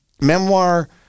memoir